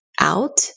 out